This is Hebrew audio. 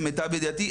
למיטב ידיעתי,